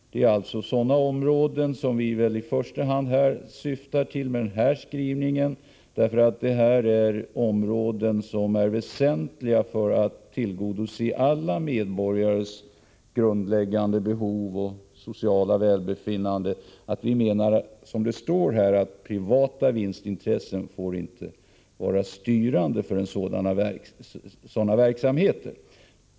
Det är alltså sådana områden som vi i första hand syftar på med den här skrivningen, eftersom de är väsentliga när det gäller att tillgodose alla medborgares grundläggande behov och sociala välbefinnande. Vi menar, som det står här, att privata vinstintressen inte får vara styrande för sådana här verksamheter.